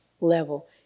level